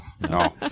No